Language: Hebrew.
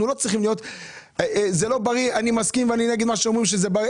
אני מסכים שזה לא בריא ואני נגד אלה שאומרים שזה בריא.